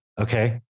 Okay